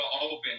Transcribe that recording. open